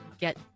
get